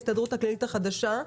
ההסתדרות הכללית החדשה.